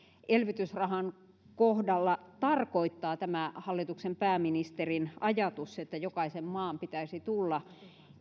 elvytysrahan kohdalla tarkoittaa tämä hallituksen pääministerin ajatus että jokaisen maan pitäisi tulla